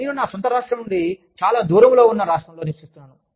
నేను నా సొంత రాష్ట్రం నుండి చాలా దూరంలో ఉన్న రాష్ట్రంలో నివసిస్తున్నాను